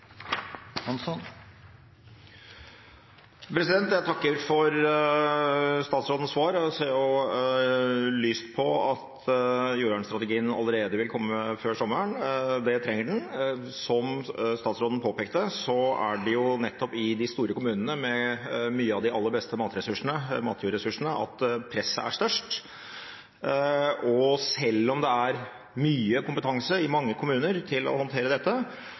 Jeg takker for statsrådens svar og ser lyst på at jordvernstrategien vil komme allerede før sommeren. Det trenger vi. Som statsråden påpekte, er det nettopp i de store kommunene med mye av de aller beste matjordressursene at presset er størst. Selv om det er mye kompetanse i mange kommuner til å håndtere dette,